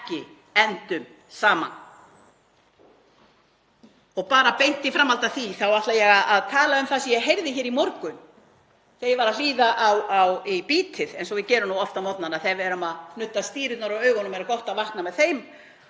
ekki endum saman. Í framhaldi af því ætla ég að tala um það sem ég heyrði í morgun þegar ég var að hlýða á Bítið eins og við gerum oft á morgnana. Þegar við erum að nudda stírurnar úr augunum er gott að vakna með þeim